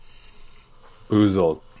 Boozled